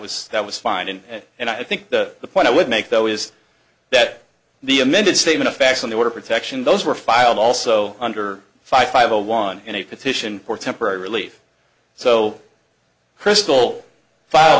was that was fine and and i think that the point i would make though is that the amended statement of facts on the order protection those were filed also under five a one in a petition for temporary relief so crystal file